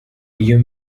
iyo